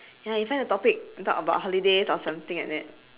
ya you find a topic to talk about holidays or something like that